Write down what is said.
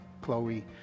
Chloe